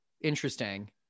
Interesting